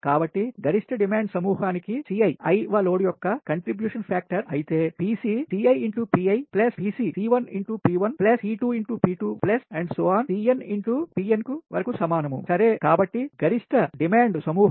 కాబట్టి గరిష్ట డిమాండ్ సమూహానికి Ci i వ లోడ్ యొక్క కంట్రిబ్యూషన్ ఫ్యాక్టర్ అయితే PcCi x Pi C2 x P2